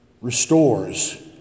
restores